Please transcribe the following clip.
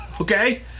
Okay